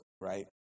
right